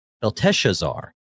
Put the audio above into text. Belteshazzar